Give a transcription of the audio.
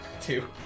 Two